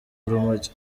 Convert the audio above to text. urumogi